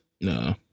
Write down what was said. No